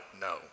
no